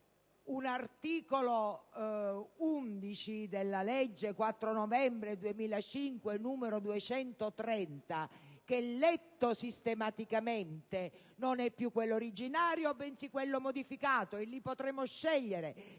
dell'articolo 1 della legge 4 novembre 2005, n. 230 che, letto sistematicamente, non è più quello originario, bensì quello modificato, e lì potremo scegliere